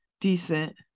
decent